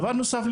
דבר נוסף,